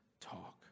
talk